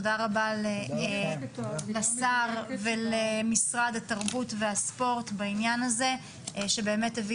תודה רבה לשר ולמשרד התרבות והספורט בנושא הזה שבאמת הביא